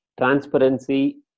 transparency